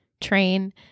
train